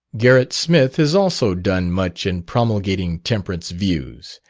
gerrit smith has also done much in promulgating temperance views.